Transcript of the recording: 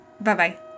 Bye-bye